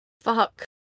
Fuck